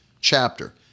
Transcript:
chapter